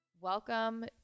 Welcome